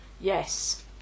Yes